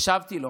השבתי לו